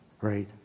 right